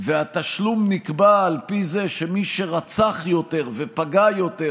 והתשלום נקבע על פי זה שמי שרצח יותר ופגע יותר,